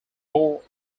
bore